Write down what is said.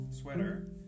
sweater